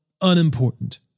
unimportant